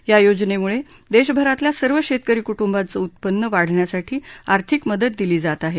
या योजनेमुळे देशभरातल्या सर्व शेतकरी कु बिंचं उत्पन्न वाढण्यासाठी आर्थिक मदत दिली जात आहे